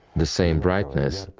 the same brightness,